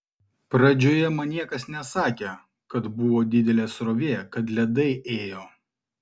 pradžioje man niekas nesakė kad buvo didelė srovė kad ledai ėjo